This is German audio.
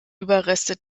überreste